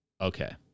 Okay